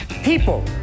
People